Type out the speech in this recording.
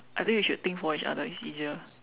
I think we should think for each other it's easier